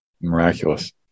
Miraculous